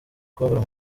kubabara